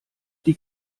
die